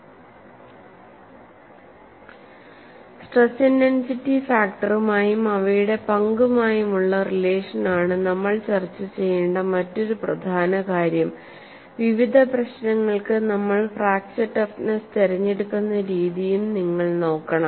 Selection of Fracture Toughness for various types of cracks stress intensity ഫാക്ടറുമായും അവയുടെ പങ്കുമായും ഉള്ള റിലേഷൻ ആണ് നമ്മൾ ചർച്ച ചെയ്യേണ്ട മറ്റൊരു പ്രധാന കാര്യം വിവിധ പ്രശ്നങ്ങൾക്ക് നമ്മൾ ഫ്രാക്ച്ചർ ടഫ്നെസ്സ് തിരഞ്ഞെടുക്കുന്ന രീതിയും നിങ്ങൾ നോക്കണം